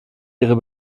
ihre